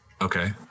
Okay